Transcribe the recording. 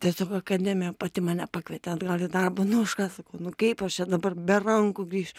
tiesiog akademija pati mane pakvietė atgal į darbą nu už ką sakau nu kaip aš čia dabar be rankų grįšiu